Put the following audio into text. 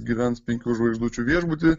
gyvens penkių žvaigždučių viešbuty